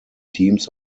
teams